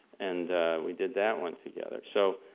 and we did that one together. so,